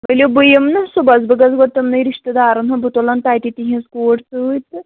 ؤلِو بہٕ یِمہٕ نا صُبَس بہٕ گژھٕ گۄڈٕ تِمنٕے رِشتہٕ دارَن ہُنٛد بہٕ تُلَن تَتہِ تِہٕنٛز کوٗر سۭتۍ تہٕ